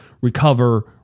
recover